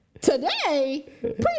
today